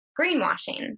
greenwashing